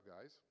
guys